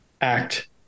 act